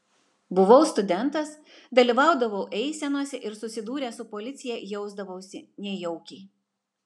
buvau studentas dalyvaudavau eisenose ir susidūręs su policija jausdavausi nejaukiai